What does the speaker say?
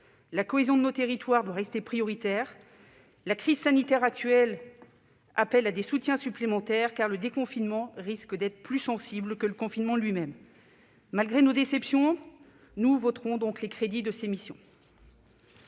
La cohésion de nos territoires doit rester prioritaire et la crise sanitaire actuelle exige des soutiens supplémentaires, car le déconfinement risque d'être plus sensible que le confinement lui-même. Malgré notre déception, nous voterons donc les crédits de ces missions